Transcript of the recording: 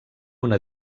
una